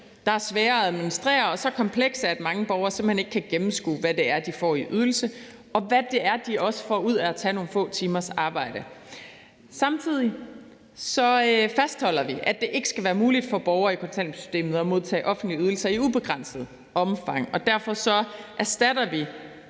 der er svære at administrere og så komplekse, at mange borgere simpelt hen ikke kan gennemskue, hvad de får i ydelse, eller hvad de får ud af at tage nogle få timers arbejde. Samtidig fastholder vi, at det ikke skal være muligt for borgere i kontanthjælpssystemet at modtage offentlige ydelser i ubegrænset omfang, og derfor erstatter vi